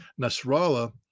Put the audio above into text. Nasrallah